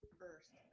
first